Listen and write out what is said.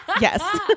Yes